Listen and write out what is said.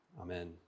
Amen